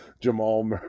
Jamal